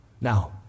Now